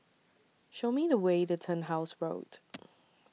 Show Me The Way The Turnhouse Road